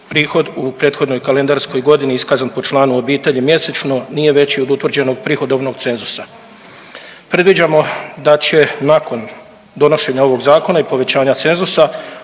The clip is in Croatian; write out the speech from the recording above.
prihod u prethodnoj kalendarskoj godini iskazan po članu obitelji mjesečno nije veći od utvrđenog prihodovnog cenzusa. Predviđamo da će nakon donošenja ovog zakona i povećanja cenzusa